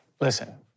Listen